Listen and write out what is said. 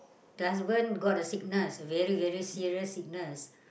the husband got a sickness very very serious sickness